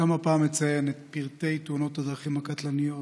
גם הפעם אציין את פרטי תאונות הדרכים הקטלניות